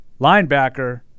linebacker